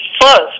first